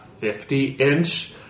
50-inch